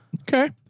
Okay